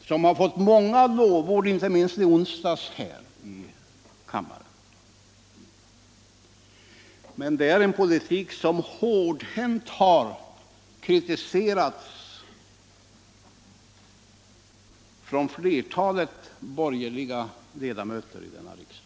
och som har fått många lovord, inte minst i onsdags här i kammaren, är en politik som hårdhänt har kritiserats från flertalet borgerliga ledamöter i denna riksdag.